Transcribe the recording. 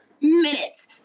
minutes